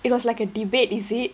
it was like a debate is it